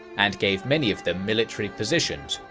and gave many of them military positions,